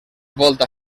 volta